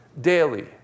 daily